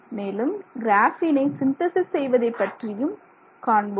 மேலும் கிராஃபீனை சிந்தேசிஸ் செய்வதைப் பற்றியும் காண்போம்